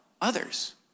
others